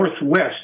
northwest